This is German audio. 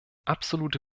absolute